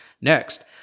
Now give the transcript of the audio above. Next